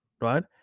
Right